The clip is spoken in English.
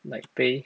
like 杯